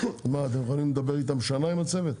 מה, אתם יכולים לדבר איתם שנה עם הצוות?